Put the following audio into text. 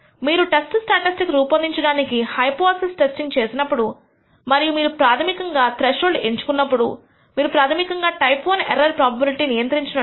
మీరు test statistic రూపొందించడానికి hypothesis testing చేసినప్పుడు మరియు మీరుప్రాథమికంగా త్రెష్హోల్డ్ ఎంచుకున్నప్పుడు మీరు ప్రాథమికంగా టైప్ I ఎర్రర్ ప్రోబబిలిటీ నియంత్రించినట్లు